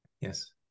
Yes